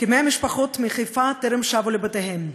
כמאה משפחות מחיפה טרם שבו לבתיהן.